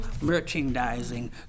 merchandising